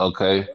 Okay